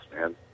man